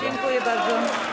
Dziękuję bardzo.